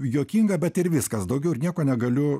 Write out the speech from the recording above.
juokinga bet ir viskas daugiau ir nieko negaliu